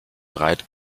breit